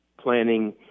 Planning